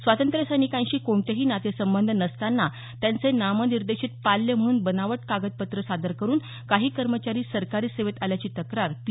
स्वातंत्र्य सैनिकांशी कोणतेही नातेसंबंध नसताना त्यांचे नामनिर्देशित पाल्य म्हणून बनावट कागदपत्र सादर करुन काही कर्मचारी सरकारी सेवेत आल्याची तक्रार पी